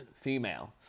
female